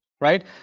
right